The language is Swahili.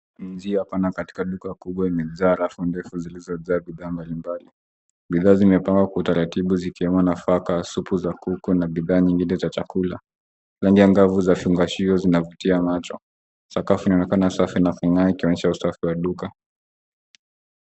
Njia pana katika duka kubwa imejaa rafu ndefu zilizojaa bidhaa mbalimbali. Bidhaa zimepangwa kwa utaratibu zikiwemo nafaka, supu za kuku na bidhaa nyingine za chakula. Rangi angavu za fungashio zinavutia macho. Sakafu inaonekana safi na kung'aa ikionyesha usafi wa duka.